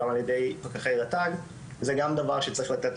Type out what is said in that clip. גם על ידי רט"ג,